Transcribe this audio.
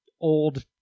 old